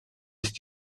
ist